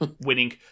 winning